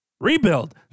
Rebuild